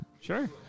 Sure